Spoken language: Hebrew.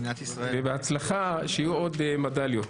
בהצלחה, שיהיו עוד מדליות.